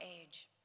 age